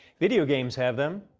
video games have them.